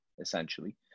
essentially